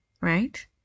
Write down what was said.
Right